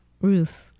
ruth